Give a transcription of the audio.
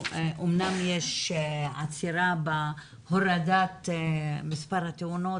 מתבטא בהורדת מספר התאונות,